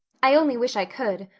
i only wish i could,